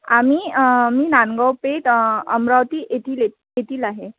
आम्ही मी नांदगाव पेठ अमरावती येथील येथे येथील आहे